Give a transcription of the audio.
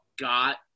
got